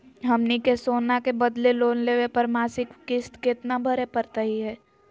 हमनी के सोना के बदले लोन लेवे पर मासिक किस्त केतना भरै परतही हे?